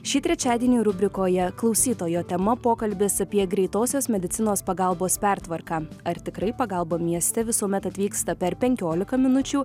šį trečiadienį rubrikoje klausytojo tema pokalbis apie greitosios medicinos pagalbos pertvarką ar tikrai pagalba mieste visuomet atvyksta per penkiolika minučių